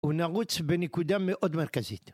הוא נעוץ בנקודה מאוד מרכזית.